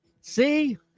See